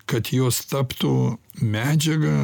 kad jos taptų medžiaga